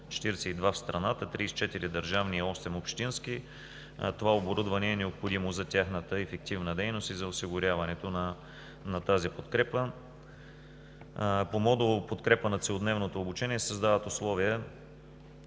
42 в страната – 34 държавни и 8 общински. Това оборудване е необходимо за тяхната ефективна дейност и за осигуряването на тази подкрепа. По модул „Подкрепа на целодневното обучение“ се създават условия